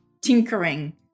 tinkering